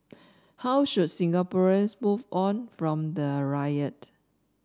how should Singaporeans move on from the riot